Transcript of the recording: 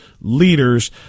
leaders